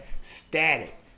Static